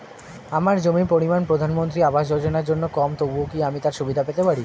আমার জমির পরিমাণ প্রধানমন্ত্রী আবাস যোজনার জন্য কম তবুও কি আমি তার সুবিধা পেতে পারি?